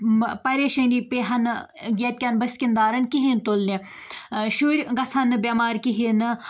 پریشٲنی پیٚیہِ ہہ نہٕ ییٚتہِ کٮ۪ن بٕسکِندارَن کِہیٖنۍ تُلنہِ شُرۍ گَژھٕ ہن نہٕ بٮ۪مارِ کِہیٖنۍ نہٕ